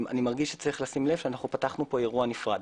אני מרגיש שיש לשים לב שפתחנו פה אירוע נפרד,